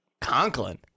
Conklin